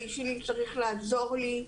האיש שלי צריך לעזור לי,